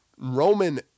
Roman